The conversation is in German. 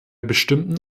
bestimmten